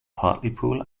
hartlepool